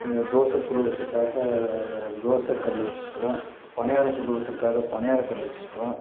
தோசை சுடுவதற்காக தோசை கல் வச்சிருக்கறோம் பணியாரம் சுடுவதற்காக பணியார கல் வச்சிருக்கறோம்